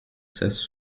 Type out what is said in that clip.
cesse